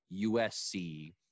USC